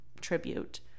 tribute